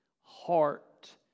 heart